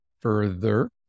further